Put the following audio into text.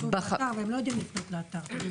הם לא יודעים לפנות לאתר.